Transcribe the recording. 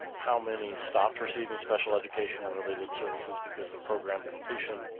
how many stopped receiving special education and related services because of program completion.